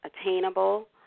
attainable